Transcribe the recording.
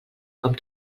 com